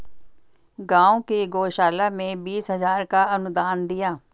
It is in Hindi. गांव की गौशाला में बीस हजार का अनुदान दिया